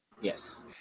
Yes